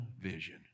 vision